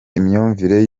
imyumvire